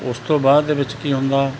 ਉਸ ਤੋਂ ਬਾਅਦ ਦੇ ਵਿੱਚ ਕੀ ਹੁੰਦਾ